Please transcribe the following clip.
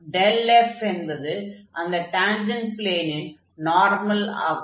f என்பது அந்த tangent ப்ளேனின் நார்மல் ஆகும்